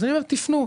אז אני אומר, תיפנו.